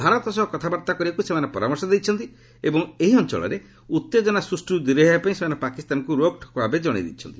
ଭାରତ ସହ କଥାବାର୍ତ୍ତା କରିବାକୁ ସେମାନେ ପରାମର୍ଶ ଦେଇଛନ୍ତି ଏବଂ ଏହି ଅଞ୍ଚଳରେ ଉତ୍ତେଜନା ସୃଷ୍ଟିଗ୍ର ଦୂରେଇ ରହିବା ପାଇଁ ସେମାନେ ପାକିସ୍ତାନକୁ ରୋକଠୋକ୍ ଭାବେ ଜଣାଇଛନ୍ତି